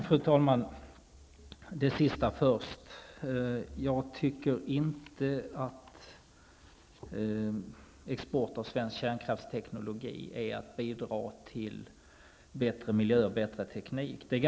Fru talman! Jag tar upp det sista först. Jag tycker inte att export av svensk kärnkraftsteknologi är att bidra till bättre miljö och bättre teknik.